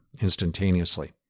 instantaneously